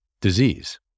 disease